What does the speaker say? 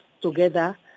together